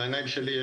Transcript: בעיניים שלי,